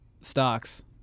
stocks